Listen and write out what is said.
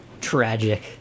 Tragic